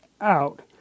out